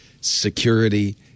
security